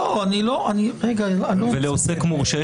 ולעוסק מורשה?